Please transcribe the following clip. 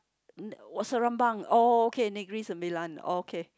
n~ Seremban oh okay Negeri Sembilan oh okay